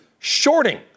shorting